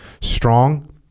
strong